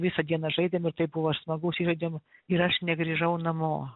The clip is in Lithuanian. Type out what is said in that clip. visą dieną žaidėm ir taip buvo smagu užsižaidėm ir aš negrįžau namo